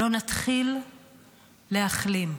לא נתחיל להחלים.